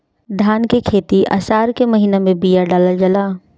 धान की खेती आसार के महीना में बिया डालल जाला?